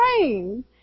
rain